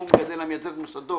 אם הוא מגדל המייצר את מכסתו